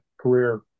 career